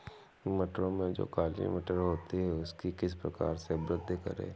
मटरों में जो काली मटर होती है उसकी किस प्रकार से वृद्धि करें?